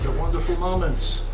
wonderful moments.